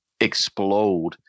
explode